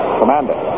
commander